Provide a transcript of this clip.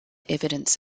evidence